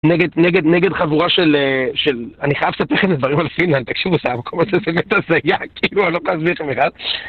נגד נגד נגד חבורה של... אני חייב לספר לכם דברים על פינלנד, תקשיבו המקום הזה, זה באמת הזייה, כאילו, אני לא יכול להסביר לכם בכלל.